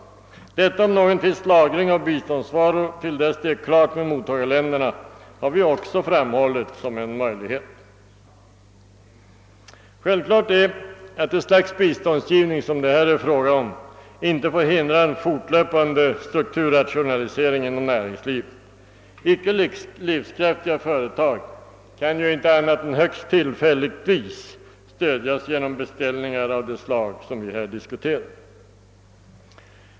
Vi har också framhållit detta med någon tids lagring av biståndsvaror, till dess det är klart med mottagarländerna, som en möjlighet. Det är självklart att det slags biståndsgivning som det här är fråga om inte får hindra en fortlöpande strukturrationalisering inom näringslivet. Icke livskraftiga företag kan inte, annat än högst tillfälligtvis, stödjas genom beställningar av det slag vi här diskuterar.